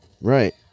Right